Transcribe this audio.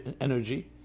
energy